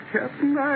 Captain